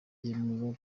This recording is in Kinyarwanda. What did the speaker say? yemeza